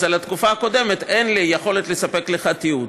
אז על התקופה הקודמת אין לי יכולת לספק לך תיעוד,